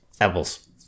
Apples